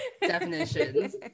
definitions